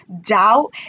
doubt